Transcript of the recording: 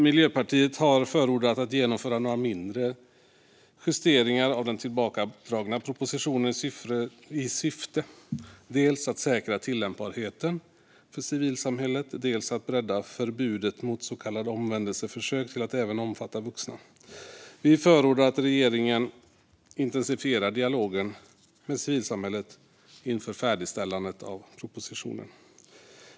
Miljöpartiet har förordat att man genomför några mindre justeringar av den tillbakadragna propositionen i syfte dels att säkra tillämpbarheten för civilsamhället, dels att bredda förbudet mot så kallade omvändelseförsök till att även omfatta vuxna. Vi förordar att regeringen intensifierar dialogen med civilsamhället inför färdigställandet av propositionen.